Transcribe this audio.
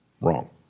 Wrong